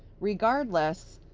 regardless,